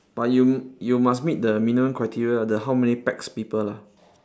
but you you must meet the minimum criteria the how many pax people lah